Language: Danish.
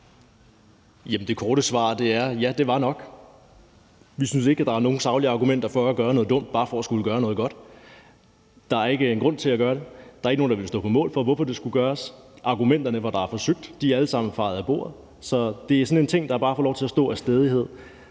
Det korte svar er: Ja, det var nok. Vi synes ikke, at der er nogen saglige argumenter for at gøre noget dumt bare for at skulle gøre noget godt. Der er ingen grund til at gøre det. Der er ikke nogen, der vil stå på mål for, at det skulle gøres. Argumenterne, man har forsøgt sig med, er alle sammen fejet af bordet. Det er sådan en ting, der bare får lov til at stå af stædighed.